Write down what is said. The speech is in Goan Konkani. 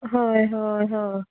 हय हय हय